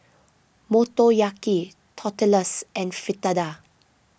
Motoyaki Tortillas and Fritada